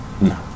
No